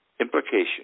implication